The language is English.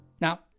Now